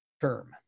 term